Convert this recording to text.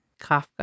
kafka